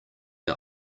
are